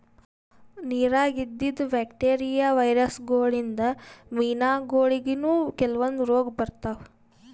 ನಿರಾಗ್ ಇದ್ದಿದ್ bacteria, virus ಗೋಳಿನ್ದ್ ಮೀನಾಗೋಳಿಗನೂ ಕೆಲವಂದ್ ರೋಗ್ ಬರ್ತಾವ್